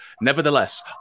Nevertheless